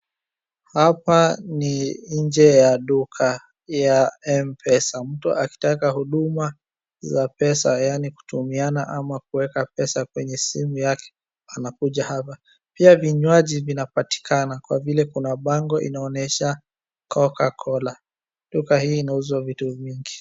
Hapa ni nje ya duka ya mpesa, mtu akitaka huduma ya mpesa yaani kutumiana ama kuweka pesa kwenye simu yake anakuja hapa. Pia vinywaji vinapatikana kwa vile kuna bango linaonyesha cocacola. Duka hii inauza vitu mingi.